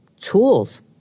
tools